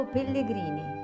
Pellegrini